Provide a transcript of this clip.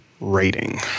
rating